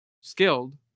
skilled